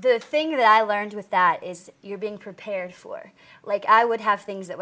the thing that i learned with that is you're being prepared for like i would have things that